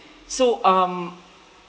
so um